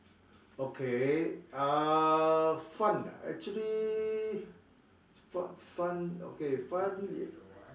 okay uh fun ah actually fun fun okay fun